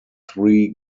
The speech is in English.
three